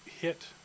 hit